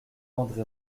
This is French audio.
andré